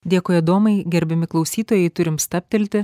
dėkui adomai gerbiami klausytojai turime stabtelti